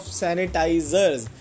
sanitizers